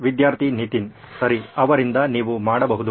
ವಿದ್ಯಾರ್ಥಿ ನಿತಿನ್ ಸರಿ ಅವರಿಂದ ನೀವು ಮಾಡಬಹುದು